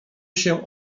się